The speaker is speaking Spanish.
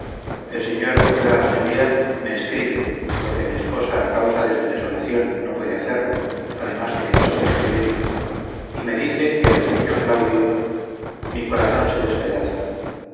el señor cura riviere me escribe porque mi esposa a causa de su desolación no puede hacerlo además de que no sabe escribir y me dice que el pequeño claudio mi corazón se despedaza